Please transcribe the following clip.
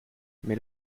mais